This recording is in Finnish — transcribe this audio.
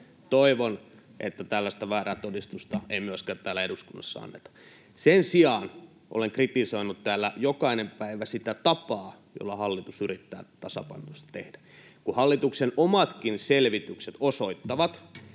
Toivon, että tällaista väärää todistusta ei myöskään täällä eduskunnassa anneta. Sen sijaan olen kritisoinut täällä jokainen päivä sitä tapaa, jolla hallitus yrittää tasapainotusta tehdä. Hallituksen omatkin selvitykset osoittavat,